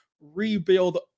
rebuild